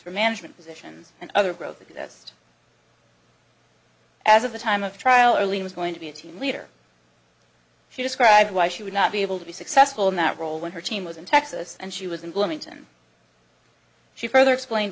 for management positions and other growth that's as of the time of trial earlier was going to be a team leader she described why she would not be able to be successful in that role when her team was in texas and she was in bloomington she further explained